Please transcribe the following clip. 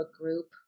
group